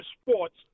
sports